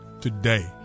today